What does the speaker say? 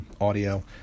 audio